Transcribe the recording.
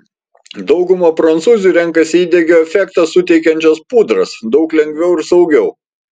dauguma prancūzių renkasi įdegio efektą suteikiančias pudras daug lengviau ir saugiau